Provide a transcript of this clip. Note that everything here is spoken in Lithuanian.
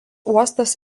uostas